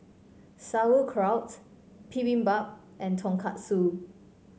Sauerkraut Bibimbap and Tonkatsu